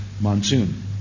monsoon